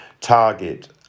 target